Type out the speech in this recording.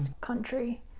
country